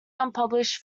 unpublished